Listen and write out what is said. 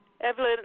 Evelyn